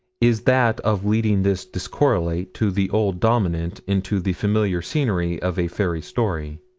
is that of leading this discorrelate to the old dominant into the familiar scenery of a fairy story,